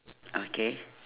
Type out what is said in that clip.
okay